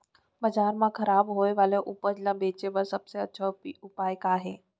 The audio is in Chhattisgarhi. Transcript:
बाजार मा खराब होय वाले उपज ला बेचे बर सबसे अच्छा उपाय का हे?